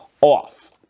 off